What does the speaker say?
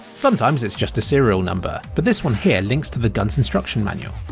sometimes it's just a serial number, but this one here links to the gun's instruction manual!